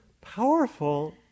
powerful